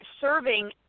serving